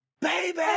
baby